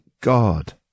God